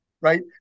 right